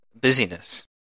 busyness